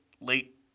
late